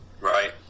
Right